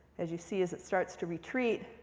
as you see, as it starts to retreat,